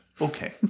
Okay